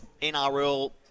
NRL